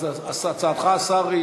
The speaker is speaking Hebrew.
אז הצעתך, השר,